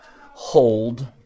hold